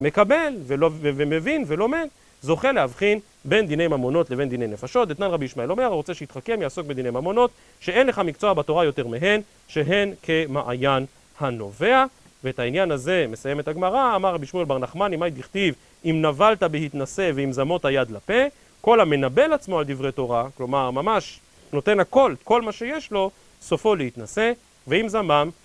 מקבל ומבין ולומד זוכה להבחין בין דיני ממונות לבין דיני נפשות אתנן רבי ישמעאל אומר הוא רוצה שיתחכם יעסוק בדיני ממונות שאין לך מקצוע בתורה יותר מהן שהן כמעיין הנובע ואת העניין הזה מסיימת הגמרא אמר רבי שמואל בר נחמאני מאי דכתיב אם נבלת בהתנסה ועם זמותה יד לפה כל המנבל עצמו על דברי תורה כלומר ממש נותן הכל כל מה שיש לו סופו להתנסה ועם זמם